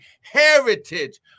heritage